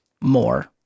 more